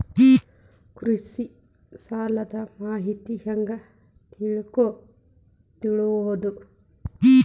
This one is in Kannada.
ಕೃಷಿ ಸಾಲದ ಮಾಹಿತಿ ಹೆಂಗ್ ತಿಳ್ಕೊಳ್ಳೋದು?